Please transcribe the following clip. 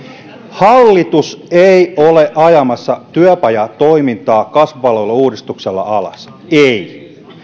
hallitus ei ole ajamassa työpajatoimintaa kasvupalvelu uudistuksella alas ei